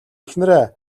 эхнэрээ